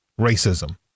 racism